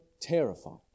terrified